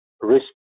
risk